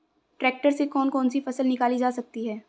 Tractor से कौन कौनसी फसल निकाली जा सकती हैं?